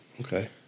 Okay